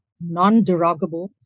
non-derogable